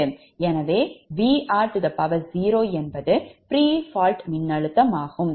எனவே இந்த Vr0 என்பது pre fault மின்னழுத்தமாகும்